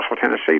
tennessee